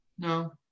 No